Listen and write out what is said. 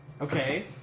Okay